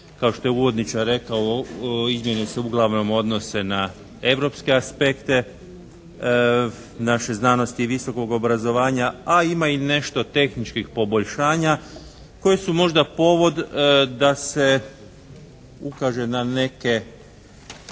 Kao što je uvodničar rekao izmjene se uglavnom odnose na europske aspekte naše znanosti i visokog obrazovanja a ima i nešto tehničkih poboljšanja koja su možda povod da se ukaže na neke